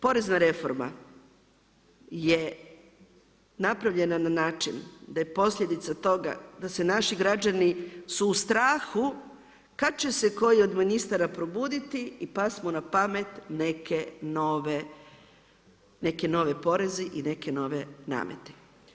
Porezna reforma je napravljena na način da je posljedica toga, da se naši građani su u strahu kad će se koji od ministara probuditi i pasti mu na pamet neke nove, neki novi porezi i neki novi nameti.